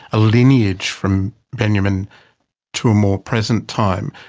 a lineage from benjamin to a more present time,